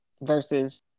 versus